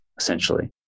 essentially